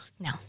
No